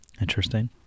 Interesting